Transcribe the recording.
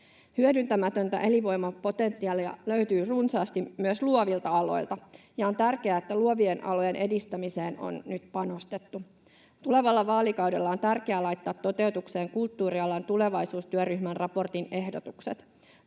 Hyödyntämätöntä elinvoiman potentiaalia löytyy runsaasti myös luovilta aloilta, ja on tärkeää, että luovien alojen edistämiseen on nyt panostettu. Tulevalla vaalikaudella on tärkeää laittaa toteutukseen kulttuurialan tulevaisuustyöryhmän raportin ehdotukset.